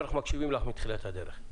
ואנחנו מקשיבים לך מתחילת הדרך.